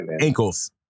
Ankles